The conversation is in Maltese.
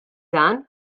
dan